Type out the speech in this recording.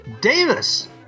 Davis